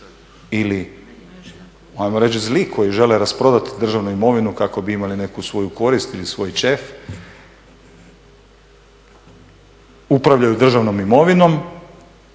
ili ajmo reći zli koji žele rasprodati državnu imovinu kako bi imali neku svoju korist ili svoj ćeif upravljaju državnom imovinom